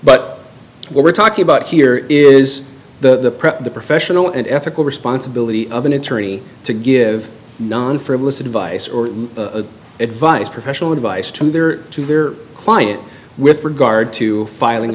what we're talking about here is the professional and ethical responsibility of an attorney to give non frivolous advice or advice professional advice to their to their client with regard to filing